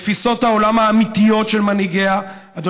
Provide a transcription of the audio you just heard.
את תפיסות העולם האמיתיות של מנהיגיה גם